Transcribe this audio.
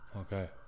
Okay